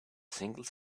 single